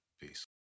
Peace